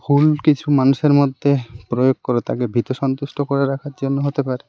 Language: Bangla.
ভুল কিছু মানুষের মধ্যে প্রয়োগ করে তাকে ভীত সন্ত্রস্ত করে রাখার জন্য হতে পারে